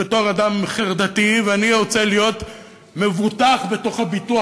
ובתור אדם חרדתי אני רוצה להיות מבוטח בתוך הביטוח